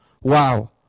Wow